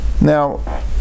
Now